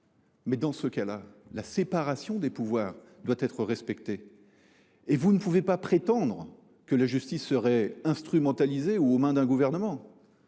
veut dire que la séparation des pouvoirs doit être respectée. Vous ne pouvez pas prétendre que la justice serait instrumentalisée ou aux mains du Gouvernement,